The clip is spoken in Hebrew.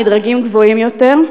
מדרגים גבוהים יותר?